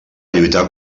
lluitar